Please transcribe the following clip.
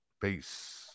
Peace